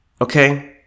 Okay